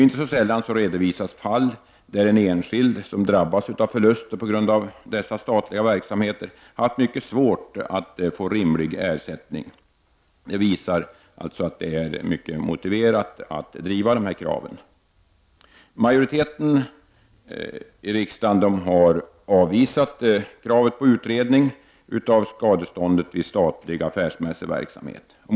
Inte så sällan redovisas fall, där en enskild som drabbas av förlust på grund av dessa statliga verksamheter haft mycket svårt att få rimlig ersättning. Det visar alltså att det är mycket motiverat att driva de här kraven. Majoriteten i riksdagen har avvisat kravet på utredning av skadeståndet vid statlig affärsmässig verksamhet.